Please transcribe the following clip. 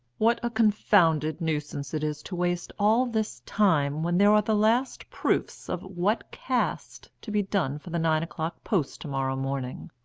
what a confounded nuisance it is to waste all this time when there are the last proofs of what caste to be done for the nine-o'clock post to-morrow morning!